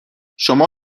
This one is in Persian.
شما